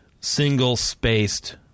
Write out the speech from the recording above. single-spaced